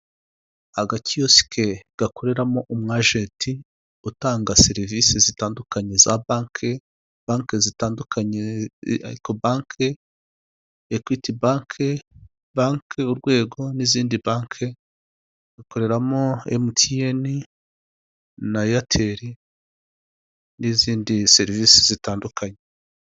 Agakiyosiki gakoreramo umu agenti utanga serivisi zitandukanye za banki, banki zitandukanye eko banki, ekwiti banki, banki urwego n'izindi banki, ikoreramo MTN na eyeteli n'izindi serivise zitandukanye.